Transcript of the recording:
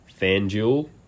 FanDuel